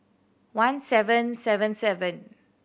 one seven seven seven